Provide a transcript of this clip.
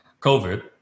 COVID